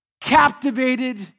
captivated